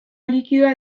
likidoa